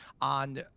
on